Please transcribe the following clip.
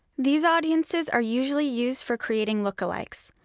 these audiences are usually used for creating lookalikes.